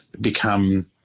become